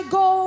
go